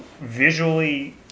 visually